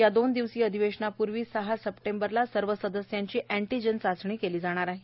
या दोन दिवसीय अधिवेशनाप्र्वी सहा सप्टेंबरला सर्व सदस्यांची अँटीजन चाचणी केली जाणार आहे